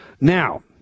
Now